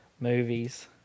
movies